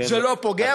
זה לא פוגע בנו?